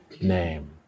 name